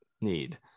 need